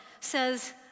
says